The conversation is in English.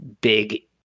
big